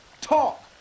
talk